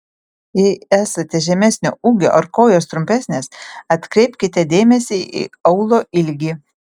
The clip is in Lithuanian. jei esate žemesnio ūgio ar kojos trumpesnės atkreipkite dėmesį į aulo ilgį